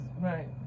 right